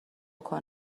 کار